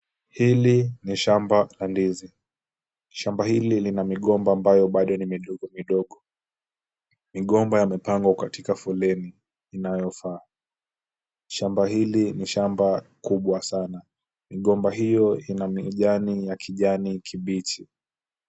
Hili ni shamba la ndizi. Shamba hili lina migomba ambayo bado ni midogo midogo. Migomba yamepangwa katika foleni inayofaa, shamba hili ni shamba kubwa sana. Migomba hiyo ina mijani ya kijani kibichi.